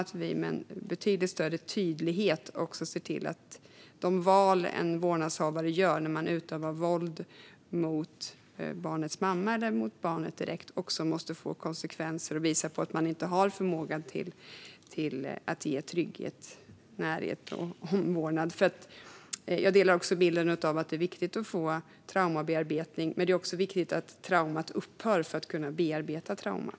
Vi måste med betydligt större tydlighet se till att de val en vårdnadshavare gör vid utövande av våld mot barnets mamma eller barnet direkt får konsekvenser, eftersom den personen visat sig sakna förmåga att ge trygghet, närhet och omvårdnad. Jag delar bilden av att det är viktigt att få traumabearbetning, men det är också viktigt att traumat upphör för att man ska kunna bearbeta traumat.